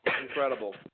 Incredible